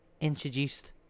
introduced